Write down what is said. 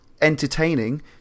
entertaining